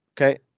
okay